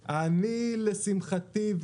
לשמחתי,